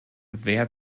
wer